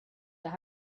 that